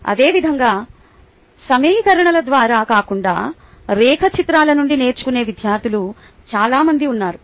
అదేవిధంగా సమీకరణాల ద్వారా కాకుండా రేఖాచిత్రాల నుండి నేర్చుకునే విద్యార్థులు చాలా మంది ఉన్నారు